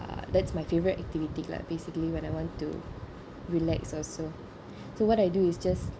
that's my favorite activity lah basically when I want to relax also so what I do is just